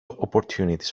opportunities